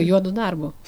juodu darbu